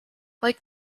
like